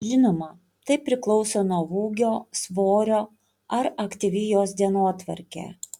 žinoma tai priklauso nuo ūgio svorio ar aktyvi jos dienotvarkė